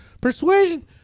Persuasion